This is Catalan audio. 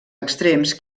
extrems